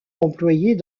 employés